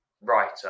writer